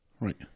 Right